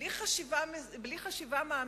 בלי חשיבה מעמיקה,